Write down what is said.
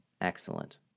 Excellent